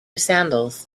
sandals